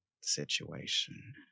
situation